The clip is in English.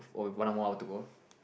oh with one hour more to go